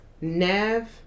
Nav